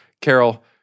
Carol